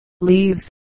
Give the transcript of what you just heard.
leaves